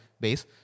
base